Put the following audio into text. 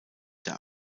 der